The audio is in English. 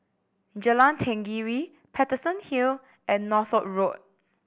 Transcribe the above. Jalan Tenggiri Paterson Hill and Northolt Road